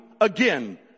again